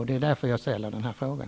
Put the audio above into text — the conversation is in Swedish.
Det är därför jag har ställt den här frågan.